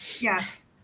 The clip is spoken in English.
Yes